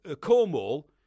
Cornwall